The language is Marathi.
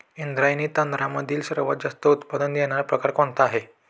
इंद्रायणी तांदळामधील सर्वात जास्त उत्पादन देणारा प्रकार कोणता आहे?